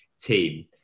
team